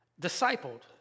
discipled